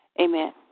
Amen